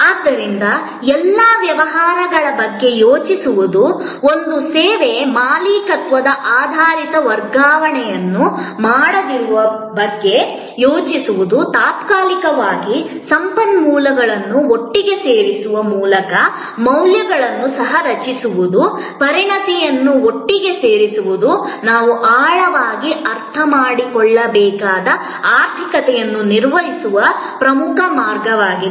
ಆದ್ದರಿಂದ ಎಲ್ಲಾ ವ್ಯವಹಾರಗಳ ಬಗ್ಗೆ ಯೋಚಿಸುವುದು ಒಂದು ಸೇವೆ ಮಾಲೀಕತ್ವದ ಆಧಾರಿತ ವರ್ಗಾವಣೆಯನ್ನು ಮಾಡದಿರುವ ಬಗ್ಗೆ ಯೋಚಿಸುವುದು ತಾತ್ಕಾಲಿಕವಾಗಿ ಸಂಪನ್ಮೂಲಗಳನ್ನು ಒಟ್ಟಿಗೆ ಸೇರಿಸುವ ಮೂಲಕ ಮೌಲ್ಯವನ್ನು ಸಹ ರಚಿಸುವುದು ಪರಿಣತಿಯನ್ನು ಒಟ್ಟಿಗೆ ಸೇರಿಸುವುದು ನಾವು ಆಳವಾಗಿ ಅರ್ಥಮಾಡಿಕೊಳ್ಳಬೇಕಾದ ಆರ್ಥಿಕತೆಯನ್ನು ನಿರ್ವಹಿಸುವ ಪ್ರಮುಖ ಮಾರ್ಗವಾಗಿದೆ